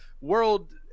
world